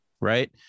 right